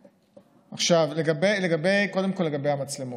עכשיו, קודם כול לגבי המצלמות.